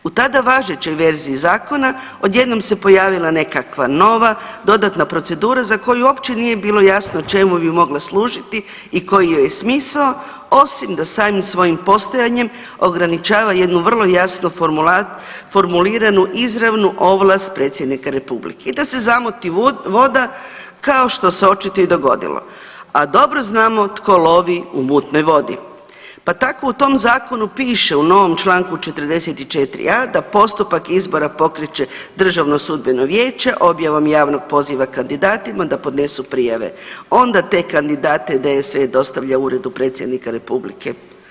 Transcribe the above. U tada važećoj verziji zakona, odjednom se pojavila nekakva nova dodatna procedura za koju uopće nije bilo jasno čemu bi mogla služiti i koji joj je smisao, osim da samim svojim postojanjem ograničava jednu vrlo jasnu formuliranu izravnu ovlast predsjednika republika i da se zamuti voda kao što se očito i dogodilo, a dobro znamo tko lovi u mutnoj vodi pa tako u tom Zakonu piše u novom čl. 44a da postupak izbora pokreće DSV objavom javnog poziva kandidatima da podnesu prijave, onda te kandidate DSV dostavlja Uredu predsjednika republike.